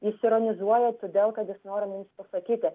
jis ironizuoja todėl kad jis norite pasakyti